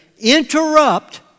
interrupt